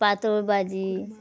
पातळ भाजी